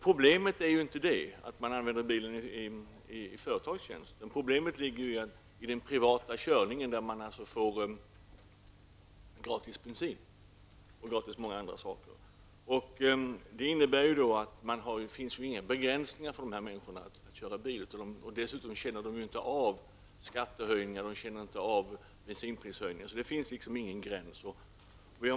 Problemet är ju inte att man använder bilen i företagets tjänst. Problemet är i stället den privata körningen som innebär att man får gratis bensin och många andra saker. Det finns därför inga begränsningar för dessa människor när det gäller att köra bil. Dessutom känner de ju inte av skattehöjningar och bensinprishöjningar. Det finns alltså ingen gräns.